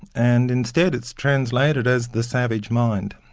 and instead it's translated as the savage mind,